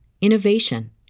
innovation